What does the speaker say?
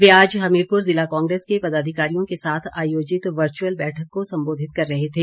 वे आज हमीरपुर ज़िला कांग्रेस के पदाधिकारियों के साथ आयोजित वर्चुअल बैठक को संबोधित कर रहे थे